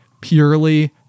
purely